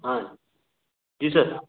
हाँ जी सर